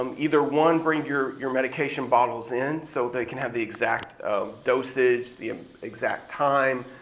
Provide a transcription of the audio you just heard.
um either one, bring your your medication bottles in so they can have the exact dosage, the exact time